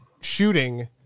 shooting